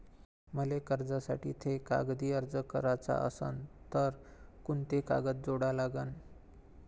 मले कर्जासाठी थे कागदी अर्ज कराचा असन तर कुंते कागद जोडा लागन?